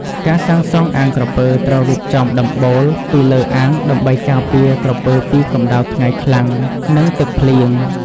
ការសាងសងអាងក្រពើត្រូវរៀបចំ ដំបូល ពីលើអាងដើម្បីការពារក្រពើពីកម្ដៅថ្ងៃខ្លាំង និងទឹកភ្លៀង។